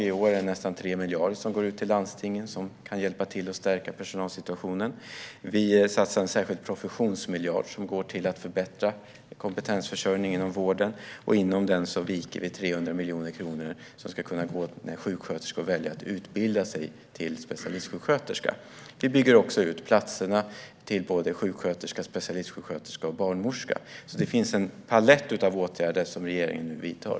I år är det nästan 3 miljarder som går ut till landstingen och som kan hjälpa till att stärka personalsituationen. Vi satsar en särskild professionsmiljard som går till att förbättra kompetensförsörjningen inom vården, och inom den viker vi 300 miljoner kronor som ska gå till att sjuksköterskor ska kunna välja att utbilda sig till specialistsjuksköterska. Vi bygger också ut antalet platser till såväl sjuksköterska som specialistsjuksköterska och barnmorska. Det finns alltså en palett av åtgärder som regeringen nu vidtar.